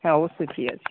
হ্যাঁ অবশ্যই ঠিক আছে